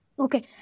Okay